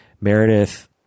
Meredith